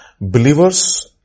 Believers